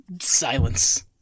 silence